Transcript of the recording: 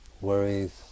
worries